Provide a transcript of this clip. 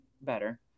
better